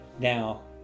Now